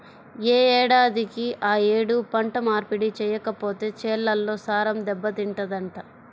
యే ఏడాదికి ఆ యేడు పంట మార్పిడి చెయ్యకపోతే చేలల్లో సారం దెబ్బతింటదంట